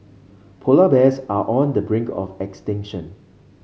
polar bears are on the brink of extinction